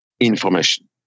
information